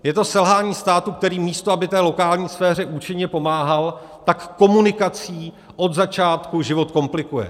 Je to selhání státu, který místo aby té lokální sféře účinně pomáhal, tak komunikací od začátku život komplikuje.